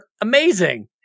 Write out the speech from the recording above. amazing